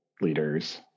leaders